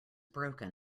broken